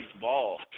ball